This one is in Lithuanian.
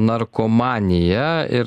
narkomanija ir